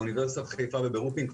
באוניברסיטת חיפה וברופין,